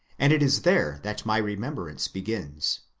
and it is there that my remembrance begins.